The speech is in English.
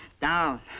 Down